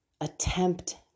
attempt